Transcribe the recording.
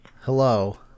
Hello